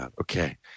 Okay